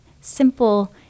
simple